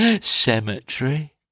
cemetery